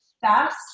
fast